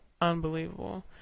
unbelievable